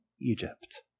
Egypt